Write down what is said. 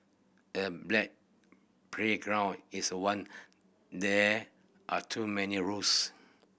a playground is one there are too many rules